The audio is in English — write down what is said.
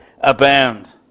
abound